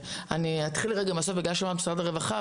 אני אתחיל רגע מהסוף בגלל שהזכרת את משרד הרווחה,